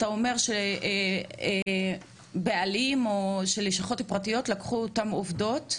אתה אומר שבעלים או שלשכות פרטיות לקחו אותם עובדות,